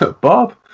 Bob